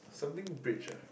something beach ah